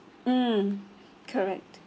mm correct